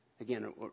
Again